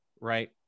right